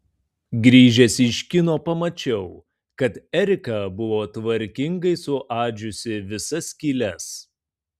grįžęs iš kino pamačiau kad erika buvo tvarkingai suadžiusi visas skyles